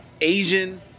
Asian